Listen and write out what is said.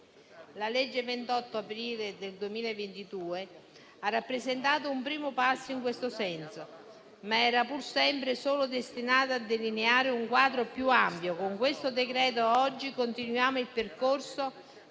46 del 28 aprile 2022 ha rappresentato un primo passo in questo senso, ma era pur sempre solo destinata a delineare un quadro più ampio. Con il decreto che oggi ci accingiamo a convertire